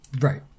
Right